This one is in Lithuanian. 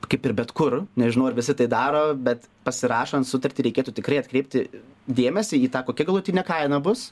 kaip ir bet kur nežinau ar visi tai daro bet pasirašant sutartį reikėtų tikrai atkreipti dėmesį į tą kokia galutinė kaina bus